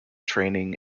training